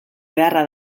beharra